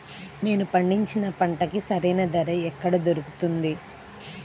నేను పండించిన పంటకి సరైన ధర ఎక్కడ దొరుకుతుంది?